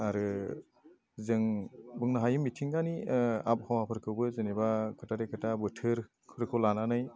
आरो जों बुंनो हायो मिथिंगानि आबहावाफोरखौबो जेनेबा खोथाथे खोथा बोथोरफोरखौ लानानै